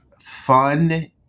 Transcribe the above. fun